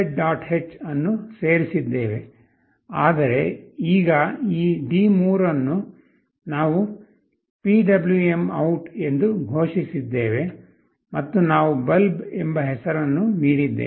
h ಅನ್ನು ಸೇರಿಸಿದ್ದೇವೆ ಆದರೆ ಈಗ ಈ D3 ಅನ್ನು ನಾವು PwmOut ಎಂದು ಘೋಷಿಸಿದ್ದೇವೆ ಮತ್ತು ನಾವು "ಬಲ್ಬ್" ಎಂಬ ಹೆಸರನ್ನು ನೀಡಿದ್ದೇವೆ